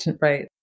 Right